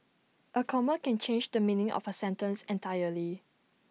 A comma can change the meaning of A sentence entirely